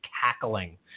cackling